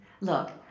Look